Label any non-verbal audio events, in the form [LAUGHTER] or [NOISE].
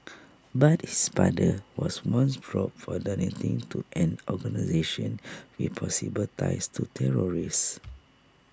[NOISE] but his father was once probed for donating to an organisation with possible ties to terrorists